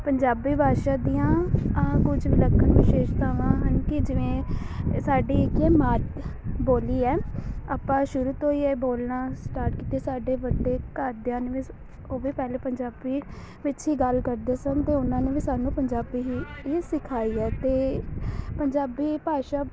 ਪੰਜਾਬੀ ਭਾਸ਼ਾ ਦੀਆਂ ਕੁਝ ਵਿਲੱਖਣ ਵਿਸ਼ੇਸ਼ਤਾਵਾਂ ਹਨ ਕਿ ਜਿਵੇਂ ਇਹ ਸਾਡੀ ਇੱਕ ਮਾਤ ਬੋਲੀ ਹੈ ਆਪਾਂ ਸ਼ੁਰੂ ਤੋਂ ਹੀ ਇਹ ਬੋਲਣਾ ਸਟਾਰਟ ਕੀਤੀ ਹੈ ਸਾਡੇ ਵੱਡੇ ਘਰਦਿਆਂ ਨੂੰ ਵੀ ਉਹ ਵੀ ਪਹਿਲੇ ਪੰਜਾਬੀ ਵਿੱਚ ਹੀ ਗੱਲ ਕਰਦੇ ਸਨ ਅਤੇ ਉਹਨਾਂ ਨੂੰ ਵੀ ਸਾਨੂੰ ਪੰਜਾਬੀ ਹੀ ਇਹ ਸਿਖਾਈ ਹੈ ਅਤੇ ਪੰਜਾਬੀ ਭਾਸ਼ਾ